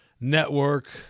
Network